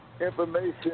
information